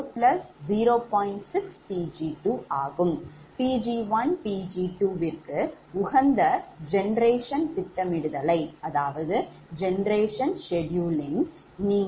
Pg1Pg2 விற்கு உகந்த generation திட்டமிடலை நீங்கள் கண்டுபிடிக்க வேண்டும்